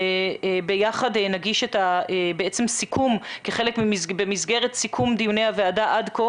וביחד נגיש סיכום במסגרת סיכום דיוני הוועדה עד כה